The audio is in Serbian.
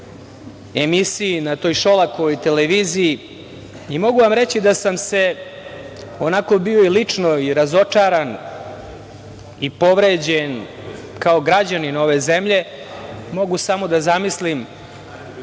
na toj Šolakovoj televiziji, i mogu vam reći da sam i lično bio razočaran i povređen kao građanin ove zemlje. Mogu samo da zamislim